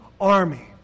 army